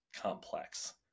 complex